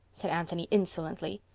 said anthony insolently.